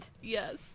Yes